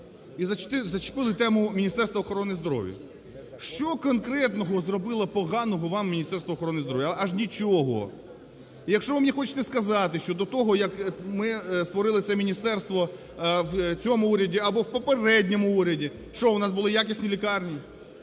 і зачепили тему Міністерства охорони здоров'я. Що конкретного зробило поганого вам Міністерство охорони здоров'я? Аж нічого. І якщо ви мені хочете сказати щодо того, як ми створили це міністерство в цьому уряді, або в попередньому уряді, що, у нас були якісні лікарні?